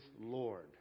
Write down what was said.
Lord